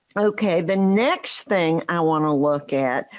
ok, the next thing i want to look at.